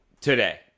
today